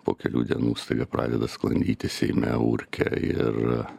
po kelių dienų staiga pradeda sklandyti seime urke ir